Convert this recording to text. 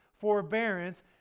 forbearance